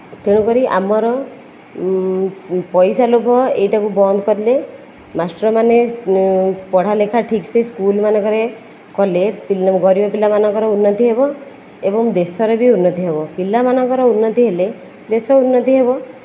ତେଣୁକରି ଆମର ପଇସା ଲୋଭ ଏଇଟାକୁ ବନ୍ଦ କଲେ ମାଷ୍ଟର ମାନେ ପଢ଼ାଲିଖା ଠିକସେ ସ୍କୁଲ୍ ମାନଙ୍କରେ କଲେ ଗରିବ ପିଲାମାନଙ୍କର ଉନ୍ନତି ହେବ ଏବଂ ଦେଶର ବି ଉନ୍ନତି ହେବ ପିଲାମାନଙ୍କର ଉନ୍ନତି ହେଲେ ଦେଶ ଉନ୍ନତି ହେବ